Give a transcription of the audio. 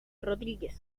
rodríguez